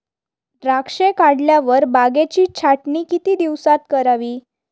द्राक्षे काढल्यावर बागेची छाटणी किती दिवसात करावी?